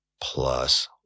plus